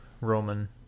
Roman